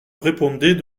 répondait